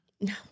no